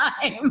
time